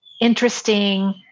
interesting